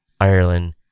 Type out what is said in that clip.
ireland